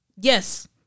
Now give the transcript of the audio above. Yes